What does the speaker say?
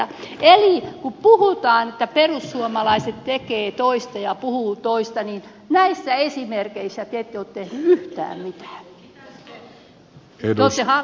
eli kun puhutaan että perussuomalaiset tekevät toista ja puhuvat toista niin näissä esimerkeissä te ette ole tehneet yhtään mitään